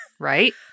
Right